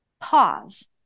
pause